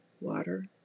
water